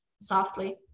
softly